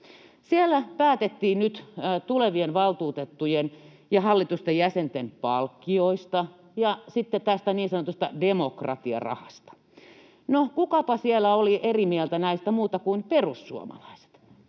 Siellä päätettiin nyt tulevien valtuutettujen ja hallituksen jäsenten palkkioista ja niin sanotusta demokratiarahasta. No, kukapa muu siellä oli eri mieltä näistä kuin perussuomalaiset?